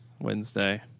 Wednesday